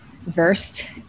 versed